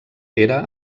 era